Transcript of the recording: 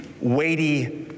weighty